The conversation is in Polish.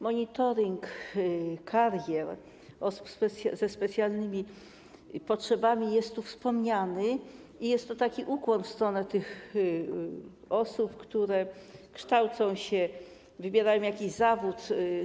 Monitoring karier osób ze specjalnymi potrzebami jest tu wspomniany i jest to taki ukłon w stronę tych osób, które kształcą się, wybierają jakiś zawód.